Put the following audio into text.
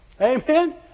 Amen